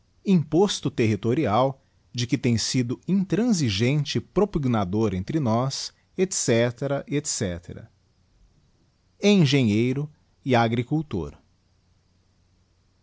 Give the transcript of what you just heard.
imposto territorial de que tem sido intransigente propugnador entre nós etc etc e engenheiro e agricultor